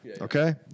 Okay